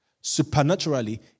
Supernaturally